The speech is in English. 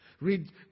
Read